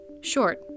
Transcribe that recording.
Short